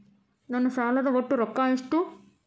ನನ್ನ ಸಾಲದ ಒಟ್ಟ ರೊಕ್ಕ ಎಷ್ಟು?